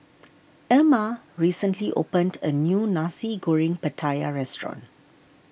Erma recently opened a new Nasi Goreng Pattaya restaurant